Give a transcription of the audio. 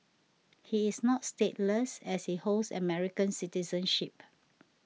he is not stateless as he holds American citizenship